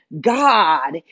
God